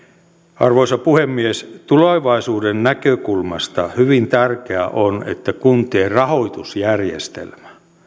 arvoisa puhemies tulevaisuuden näkökulmasta hyvin tärkeää on että kuntien rahoitusjärjestelmä